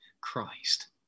Christ